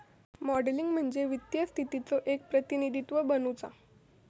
modelling म्हणजे वित्तीय स्थितीचो एक प्रतिनिधित्व बनवुचा